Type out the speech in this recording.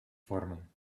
vormen